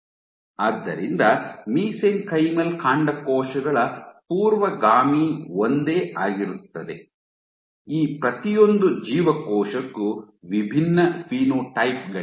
ಆದ್ದರಿಂದ ಮಿಸೆಂಕೈಮಲ್ ಕಾಂಡಕೋಶಗಳ ಪೂರ್ವಗಾಮಿ ಒಂದೇ ಆಗಿರುತ್ತದೆ ಈ ಪ್ರತಿಯೊಂದು ಜೀವಕೋಶಕ್ಕೂ ವಿಭಿನ್ನ ಫಿನೋಟೈಪ್ ಗಳಿವೆ